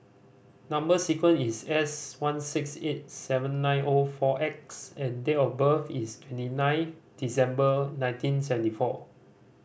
number sequence is S one six eight seven nine O four X and date of birth is twenty nine December nineteen seventy four